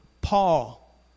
Paul